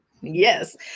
Yes